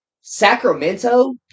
Sacramento